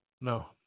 No